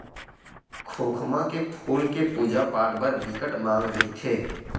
खोखमा के फूल के पूजा पाठ बर बिकट मांग रहिथे